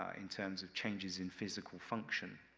ah in terms of changes in physical function.